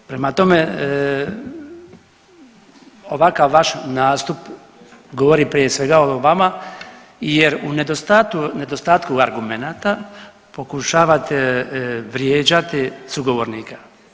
Prema tome, ovakav vaš nastup govori prije svega o vama jer u nedostatku argumenata pokušavate vrijeđati sugovornika.